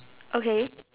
okay